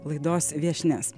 laidos viešnias